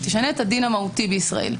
תשנה את הדין המהותי בישראל.